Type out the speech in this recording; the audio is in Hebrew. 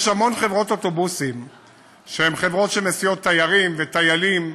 יש המון חברות אוטובוסים שמסיעות תיירים וטיילים,